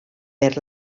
per